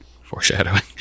Foreshadowing